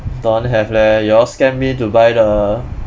don't have leh y'all scam me to buy the